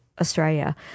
Australia